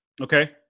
Okay